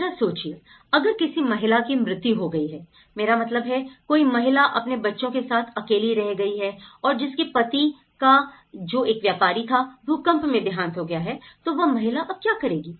जरा सोचिए अगर किसी महिला की मृत्यु हो गई है मेरा मतलब है कोई महिला अपने बच्चों के साथ अकेली रह गई है और जिसके पति का जो एक व्यापारी था भूकंप में देहांत हो गया है तो वह महिला अब क्या करेगी